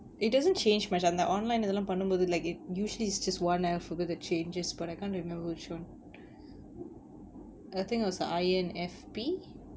it doesn't change much lah அந்த:antha online இதெல்லாம் பண்ணம்போது:ithellam pannam pothu like it usually is just one alphabet that changes but I can't remember which one I think I was an I_N_F_P